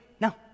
No